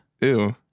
Ew